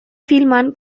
filman